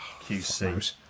QC